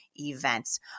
events